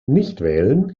nichtwählen